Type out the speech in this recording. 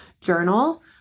journal